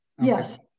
yes